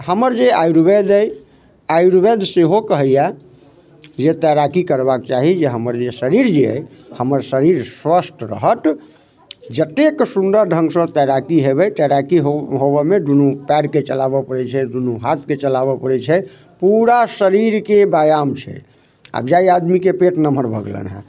हमर जे आयुर्वेद अछि आयुर्वेद सेहो कहैया जे तैराकी करबाके चाही जे हमर जे शरीर जे अछि हमर शरीर स्वस्थ रहत जतेक सुन्दर ढंग सँ तैराकी हेबै तैराकी होबऽमे दुनू पएरके चलाबऽ पड़ै छै दुनू हाथके चलाबऽ पड़ै छै पूरा शरीरके व्यायाम छै आब जाइ आदमीके पेट नम्हर भऽ गेलैनि हेँ